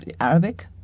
Arabic